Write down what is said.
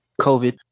COVID